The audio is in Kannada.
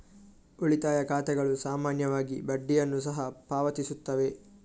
ಉಳಿತಾಯ ಖಾತೆಗಳು ಸಾಮಾನ್ಯವಾಗಿ ಬಡ್ಡಿಯನ್ನು ಸಹ ಪಾವತಿಸುತ್ತವೆ